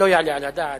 לא יעלה על הדעת.